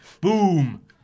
Boom